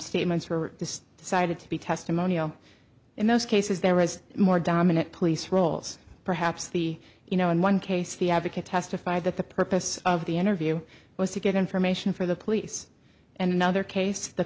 statements were decided to be testimonial in most cases there was more dominant police roles perhaps the you know in one case the advocate testified that the purpose of the interview was to get information from the police and another case the